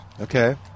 Okay